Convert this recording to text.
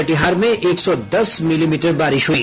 कटिहार में एक सौ दस मिलीमीटर बारिश हुई